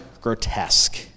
grotesque